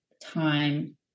time